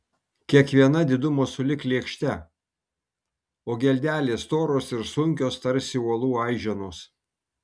kiekviena didumo sulig lėkšte o geldelės storos ir sunkios tarsi uolų aiženos